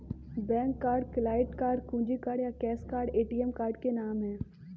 bank card, client card, कुंजी card या cash card ATM card के नाम है